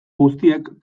guztiek